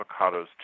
avocados